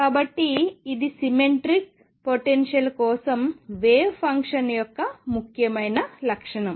కాబట్టి ఇది సిమెట్రిక్సుష్ట పొటెన్షియల్స్ కోసం వేవ్ ఫంక్షన్ యొక్క ముఖ్యమైన లక్షణం